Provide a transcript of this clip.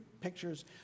pictures